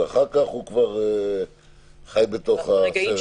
אחר כך הוא כבר חי בסרט של עצמו.